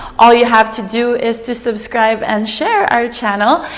all you have to do is to subscribe and share our channel.